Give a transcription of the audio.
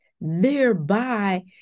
Thereby